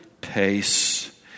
pace